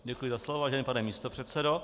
Děkuji za slovo, vážený pane místopředsedo.